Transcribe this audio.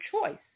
choice